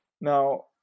Now